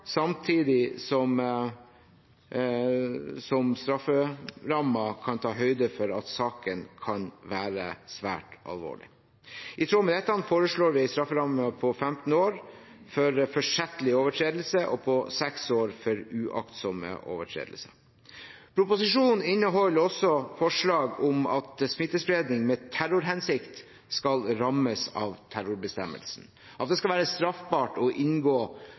samtidig som strafferammen kan ta høyde for at saken kan være svært alvorlig. I tråd med dette foreslår vi en strafferamme på 15 år for forsettlig overtredelse og 6 år for uaktsom overtredelse. Proposisjonen inneholder også forslag om at smittespredning med terrorhensikt skal rammes av terrorbestemmelsen, at det skal være straffbart å inngå